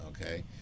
okay